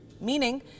meaning